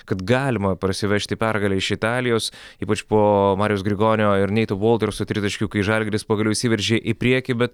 kad galima parsivežti pergalę iš italijos ypač po mariaus grigonio ir neito volterso tritaškių kai žalgiris pagaliau išsiveržė į priekį bet